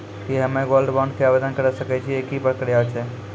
की हम्मय gold bond के आवदेन करे सकय छियै, की प्रक्रिया छै?